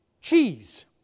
cheese